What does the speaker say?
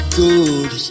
good